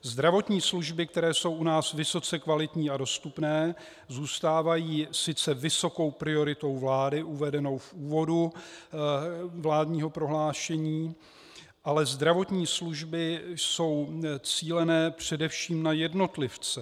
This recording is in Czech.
Zdravotní služby, které jsou u nás vysoce kvalitní a dostupné, zůstávají sice vysokou prioritou vlády uvedenou v úvodu vládního prohlášení, ale zdravotní služby jsou cíleny především na jednotlivce.